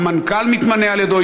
המנכ"ל מתמנה על ידו,